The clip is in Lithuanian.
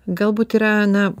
galbūt yra na